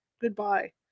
Goodbye